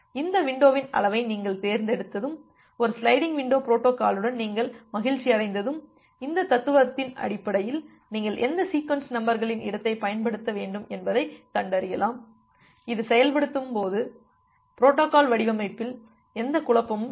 இந்த விண்டோவின் அளவை நீங்கள் தேர்ந்தெடுத்ததும் ஒரு சிலைடிங் விண்டோ பொரோட்டோகாலுடன் நீங்கள் மகிழ்ச்சியடைந்ததும் இந்த தத்துவத்தின் அடிப்படையில் நீங்கள் எந்த சீக்வென்ஸ் நம்பர்களின் இடத்தைப் பயன்படுத்த வேண்டும் என்பதைக் கண்டறியலாம் இது செயல்படுத்தும்போது பொரோட்டோகால் வடிவமைப்பில் எந்த குழப்பமும் இல்லை